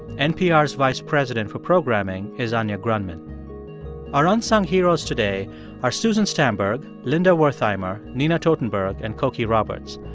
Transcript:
npr's vice president for programming is anya grundmann our unsung heroes today are susan stamberg, linda wertheimer, nina totenberg and cokie roberts.